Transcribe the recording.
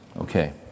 Okay